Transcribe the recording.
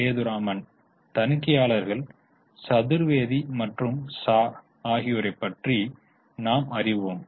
சேதுராமன் தணிக்கையாளர்கள் சதுர்வேதி மற்றும் ஷா ஆகியோரை பற்றி நாம் அறிவோம்